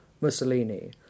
Mussolini